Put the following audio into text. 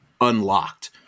unlocked